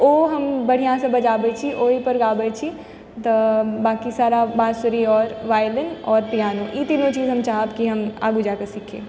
ओ हम बढ़िआँ सँ बजाबै छी ओहिपर गाबै छी तऽ बाकि सारा बाँसुरी आओर वाइलिन आओर पियानो ई तीनो चीज हम चाहब कि हम आगू जाकऽ सीखी